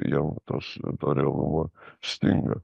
jau tos to realumo stinga